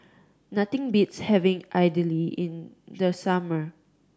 nothing beats having idly in the summer